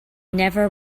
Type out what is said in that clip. never